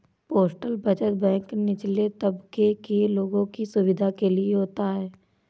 postal बचत bank निचले तबके के लोगों की सुविधा के लिए होता है